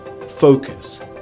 focus